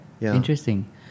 Interesting